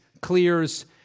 clears